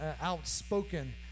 outspoken